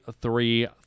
three